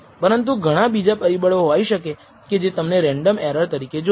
નહીં તો આપણે કહીશું કે ઇન્ટરસેપ્ટ ટર્મ નજીવી હોવી જોઈએ અને તેને મોડેલમાં જાળવી રાખવી જોઈએ